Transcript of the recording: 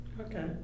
Okay